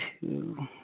two